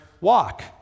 walk